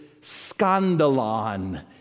scandalon